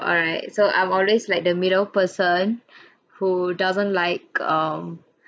alright so I'm always like the middle person who doesn't like um